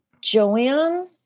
Joanne